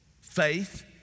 Faith